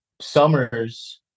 summers